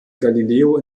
galileo